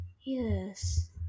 Yes